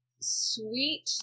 sweet